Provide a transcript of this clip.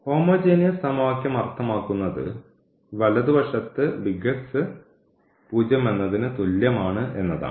homogeneous സമവാക്യം അർത്ഥമാക്കുന്നത് ഈ വലതുവശത്ത് 0 എന്നതിന് തുല്യമാണ് എന്നാണ്